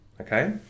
Okay